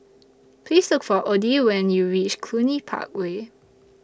Please Look For Odie when YOU REACH Cluny Park Way